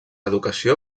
educació